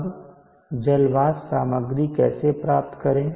अब जल वाष्प सामग्री कैसे प्राप्त करें